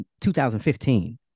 2015